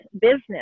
business